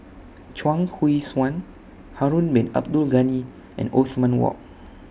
Chuang Hui Tsuan Harun Bin Abdul Ghani and Othman Wok